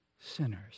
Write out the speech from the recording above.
sinners